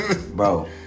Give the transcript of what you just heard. Bro